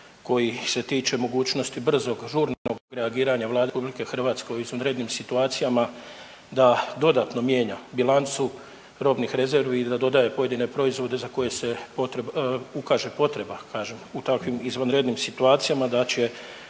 koji se tiče mogućnosti brzog, žurnog reagiranja Vlade RH u izvanrednim situacijama da dodatno mijenja bilancu robnih rezervi i da dodaje pojedine proizvode za koje se ukaže potreba kažem u takvim izvanrednim situacijama da će